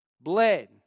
Bled